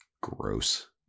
gross